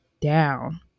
down